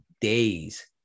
days